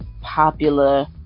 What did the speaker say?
popular